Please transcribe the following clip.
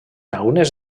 algunes